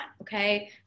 okay